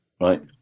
right